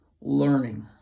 learning